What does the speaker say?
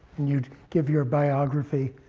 and you'd give your biography.